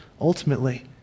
Ultimately